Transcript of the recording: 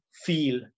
feel